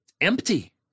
empty